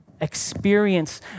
experience